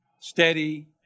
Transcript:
steady